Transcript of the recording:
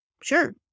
sure